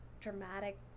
dramatic